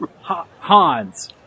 Hans